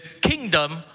kingdom